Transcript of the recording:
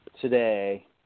Today